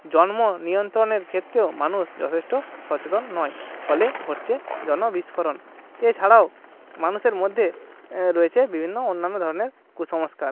জন্ম নিয়ন্ত্রণের ক্ষেত্রেও মানুষ যথেষ্ট সচেতন নয় ফলে ঘটছে জন বিস্ফোরণ এছাড়াও মানুষের মধ্যে রয়েছে বিভিন্ন অন্যান্য ধরনের কুসংস্কার